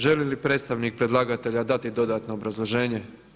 Želi li predstavnik predlagatelja dati dodatno obrazloženje?